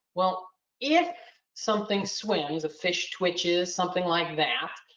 well if something swings, a fish twitches, something like that,